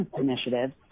initiatives